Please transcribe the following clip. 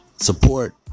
support